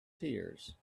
tears